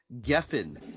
Geffen